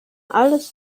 alles